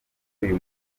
uyu